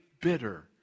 bitter